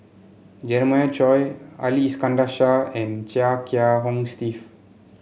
Jeremiah Choy Ali Iskandar Shah and Chia Kiah Hong Steve